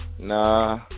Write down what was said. Nah